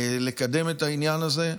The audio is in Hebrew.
לקדם את העניין הזה.